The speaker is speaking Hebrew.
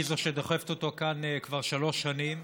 היא זו שדוחפת אותו כאן כבר שלוש שנים.